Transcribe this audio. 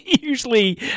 usually